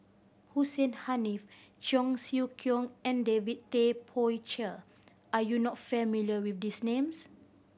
Hussein Haniff Cheong Siew Keong and David Tay Poey Cher are you not familiar with these names